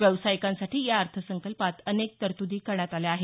व्यावसायिकांसाठी या अर्थसंकल्पात अनेक तरतुदी करण्यात आल्या आहेत